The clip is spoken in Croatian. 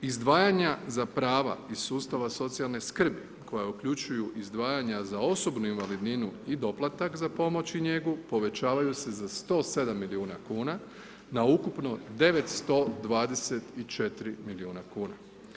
Izdvajanja za prava iz sustava socijalne skrbi koja uključuju izdvajanja za osobnu invalidninu i doplatak za pomoć i njegu povećavaju se za 107 milijuna kuna na ukupno 924 milijuna kuna.